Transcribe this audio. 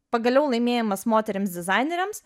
pagaliau laimėjimas moterims dizainerėms